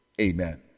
Amen